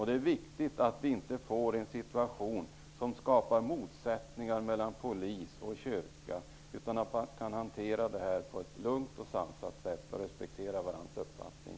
Det är viktigt att det inte uppstår en situation där det skapas motsättningar mellan polis och kyrka, utan att man kan hantera det här på ett lugnt och sansat sätt och respektera varandras uppfattning.